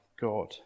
God